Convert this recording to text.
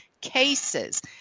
cases